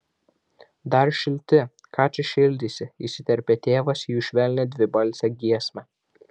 dar šilti ką čia šildysi įsiterpė tėvas į jų švelnią dvibalsę giesmę